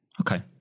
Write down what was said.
Okay